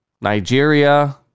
Nigeria